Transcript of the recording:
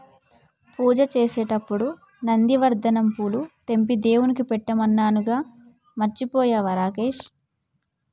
పూజ చేసేటప్పుడు నందివర్ధనం పూలు తెంపి దేవుడికి పెట్టమన్నానుగా మర్చిపోయినవా రాకేష్